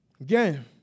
Again